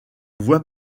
voie